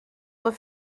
were